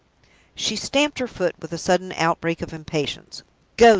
she stamped her foot with a sudden outbreak of impatience.